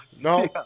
no